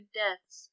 deaths